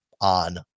on